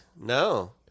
No